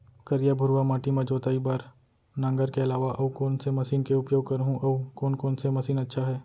करिया, भुरवा माटी म जोताई बार नांगर के अलावा अऊ कोन से मशीन के उपयोग करहुं अऊ कोन कोन से मशीन अच्छा है?